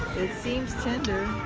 it seems tender